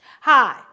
Hi